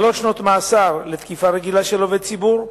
שלוש שנות מאסר לתקיפה רגילה של עובד ציבור,